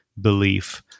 belief